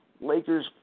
Lakers